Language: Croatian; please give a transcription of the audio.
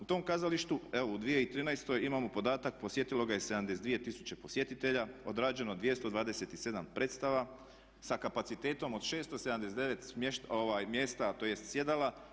U tom kazalištu evo u 2013. imamo podatak posjetilo ga je 72 tisuće posjetitelja, odrađeno je 227 predstava sa kapacitetom od 679 mjesta tj. sjedala.